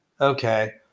Okay